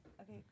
Okay